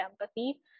empathy